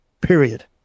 Period